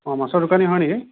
অঁ মাছৰ দোকানী হয় নেকি